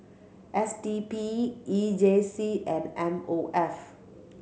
S D P E J C and M O F